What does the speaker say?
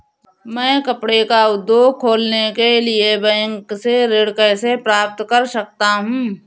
मैं कपड़े का उद्योग खोलने के लिए बैंक से ऋण कैसे प्राप्त कर सकता हूँ?